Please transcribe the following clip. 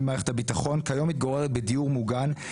במערכת הביטחון וכיום מתגוררת בדיור מוגן,